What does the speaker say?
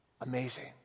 amazing